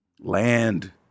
land